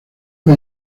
fue